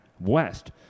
west